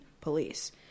police